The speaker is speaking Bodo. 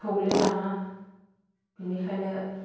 थोवले नामा बिनिखायनो